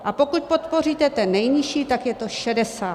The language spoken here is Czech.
A pokud podpoříte ten nejnižší, tak je to 60.